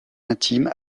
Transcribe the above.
intime